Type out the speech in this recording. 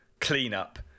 cleanup